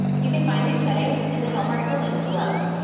you can find these settings in the help article linked below.